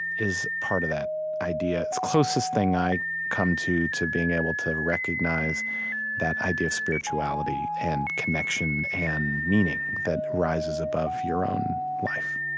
is part of that idea. it's the closest thing i come to, to being able to recognize that idea of spirituality and connection and meaning that rises above your own life